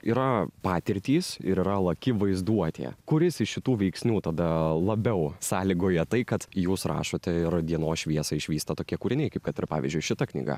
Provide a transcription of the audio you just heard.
yra patirtys ir yra laki vaizduotė kuris iš šitų veiksnių tada labiau sąlygoja tai kad jūs rašote ir dienos šviesą išvysta tokie kūriniai kaip kad ir pavyzdžiui šita knyga